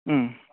उम